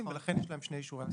ולכן יש להן שני אישורי העסקה.